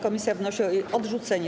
Komisja wnosi o jej odrzucenie.